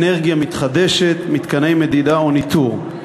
אנרגיה מתחדשת ומתקני מדידה או ניטור.